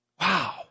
Wow